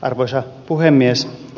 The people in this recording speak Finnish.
arvoisa puhemies